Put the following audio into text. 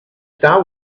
star